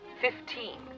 fifteen